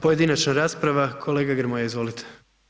Pojedinačna rasprava, kolega Grmoja, izvolite.